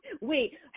Wait